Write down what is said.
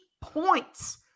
points